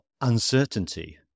uncertainty